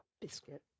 biscuit